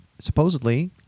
Supposedly